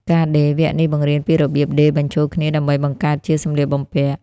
ការដេរ វគ្គនេះបង្រៀនពីរបៀបដេរបញ្ចូលគ្នាដើម្បីបង្កើតជាសម្លៀកបំពាក់។